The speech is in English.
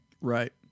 right